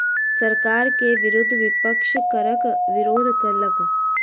सरकार के विरुद्ध विपक्ष करक विरोध केलक